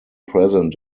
present